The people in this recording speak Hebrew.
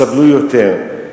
סבלו יותר,